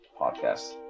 podcast